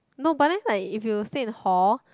no but then like if you stay in hall